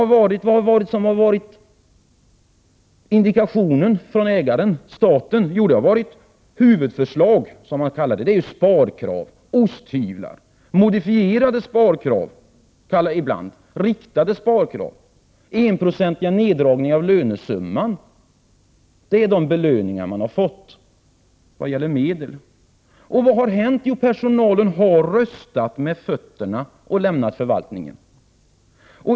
Vad har varit indikationen för ägaren, staten? Jo, det har varit huvudförslag, som det har kallats, alltså sparkrav, osthyvlar, modifierade sparkrav ibland, riktade sparkrav, enprocentiga neddragningar på lönesum man — det är de belöningarna man har fått såvitt gäller medel. Vad har då hänt? Jo, personalen har röstat med fötterna och lämnat förvaltningen.